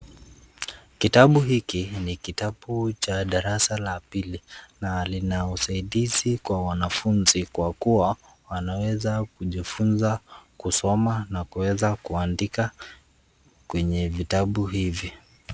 Kitabu hiki ni kitabu cha darasa la pili na lina usaidizi kwa wanafunzi kwa kuwa wanaweza kujifunza kusoma na kuweza kuandika kwenye vitabu hivi.